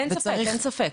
אין ספק.